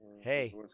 Hey